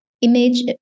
image